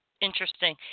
Interesting